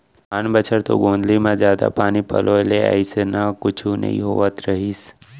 आन बछर तो गोंदली म जादा पानी पलोय ले अइसना कुछु नइ होवत रहिस